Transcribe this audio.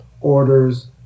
orders